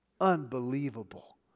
Unbelievable